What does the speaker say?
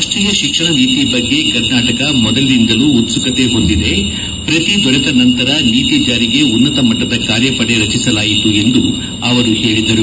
ರಾಷ್ಟೀಯ ಶಿಕ್ಷಣ ನೀತಿ ಬಗ್ಗೆ ಕರ್ನಾಟಕ ಮೊದಲಿನಿಂದಲೂ ಉತ್ಸುಕತೆ ಹೊಂದಿದೆ ಪ್ರತಿ ದೊರೆತ ನಂತರ ನೀತಿ ಜಾರಿಗೆ ಉನ್ನತ ಮಟ್ಟದ ಕಾರ್ಯಪಡೆ ರಚಿಸಲಾಯಿತು ಎಂದು ಅವರು ಹೇಳಿದರು